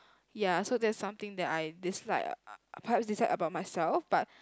ya so that's something that I dislike uh perhaps dislike about myself but